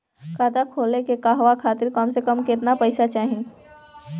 खाता खोले के कहवा खातिर कम से कम केतना पइसा चाहीं?